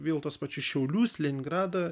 vėl tuos pačius šiaulius leningradą